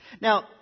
Now